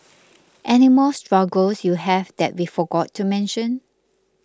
any more struggles you have that we forgot to mention